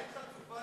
האם חצופה